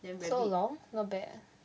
so long not bad